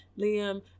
Liam